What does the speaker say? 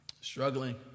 struggling